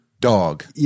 dog